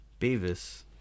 Beavis